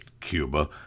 Cuba